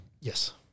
Yes